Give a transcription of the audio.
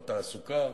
או התעסוקה,